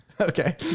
Okay